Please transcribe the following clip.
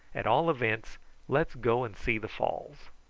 at all events let's go and see the falls.